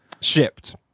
Shipped